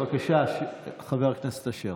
בבקשה, חבר הכנסת אשר.